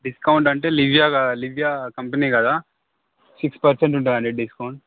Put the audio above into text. discount అంటే Livia కదా Livia company కదా సిక్స్ పర్సెంట్ ఉంటుందండీ డిస్కౌంట్